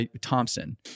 Thompson